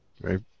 Right